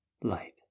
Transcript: light